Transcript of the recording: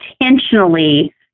intentionally